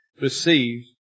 received